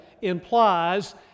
implies